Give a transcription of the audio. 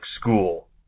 school